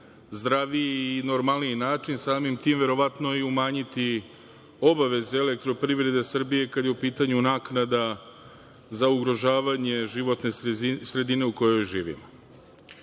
zdraviji i normalniji način, samim tim verovatno i umanjiti obaveze „Elektroprivrede Srbije“ kada je u pitanju naknada za ugrožavanje životne sredine u kojoj živimo. Tačno